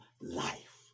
life